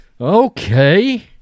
Okay